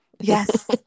yes